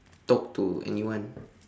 talk to anyone